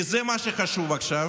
כי זה מה שחשוב עכשיו,